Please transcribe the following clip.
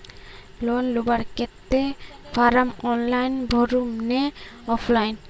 Loan लुबार केते form online भरुम ने ऑफलाइन?